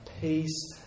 peace